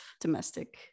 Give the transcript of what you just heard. domestic